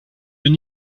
bin